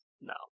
no